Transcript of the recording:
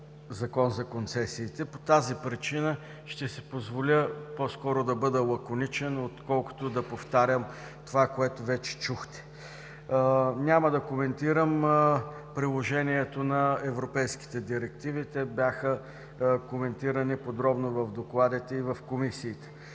Закон за концесиите. По тази причина ще си позволя по-скоро да бъда лаконичен, отколкото да повтарям това, което вече чухте. Няма да коментирам приложението на европейските директиви. Те бяха коментирани подробно в докладите и в комисиите.